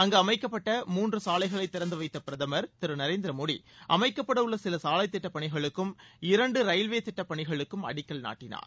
அங்கு அமைக்கப்பட்ட மூன்று சாலைகளை திறந்து வைத்த பிரதமர திரு நரேந்திர மோடி அமைக்கப்படவுள்ள சில சாலை திட்டப்பனிகளுக்கும் இரன்டு ரயில்வே திட்டப்பனிகளுக்கும் அடிக்கல் நாட்டினார்